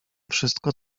wszystko